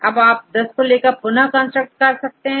अब इससे कोई 10 लेकर पुनः कंस्ट्रक्ट कर सकते हैं